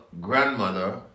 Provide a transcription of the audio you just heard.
grandmother